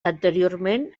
anteriorment